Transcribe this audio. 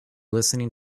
listening